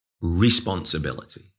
responsibility